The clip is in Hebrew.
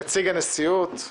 נציג הנשיאות.